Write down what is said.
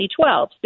2012